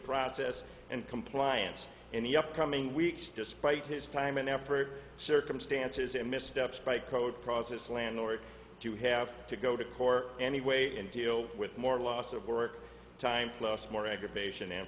process and compliance in the upcoming weeks despite his time and effort circumstances and missteps by code process landlord to have to go to court anyway and deal with more loss of work time plus more aggravation and